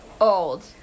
old